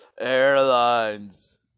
airlines